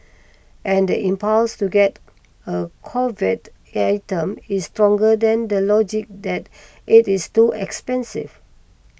and the impulse to get a coveted item is stronger than the logic that it is too expensive